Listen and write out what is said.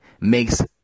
makes